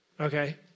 Okay